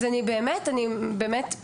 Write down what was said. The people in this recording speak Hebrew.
אז אני באמת מבינה,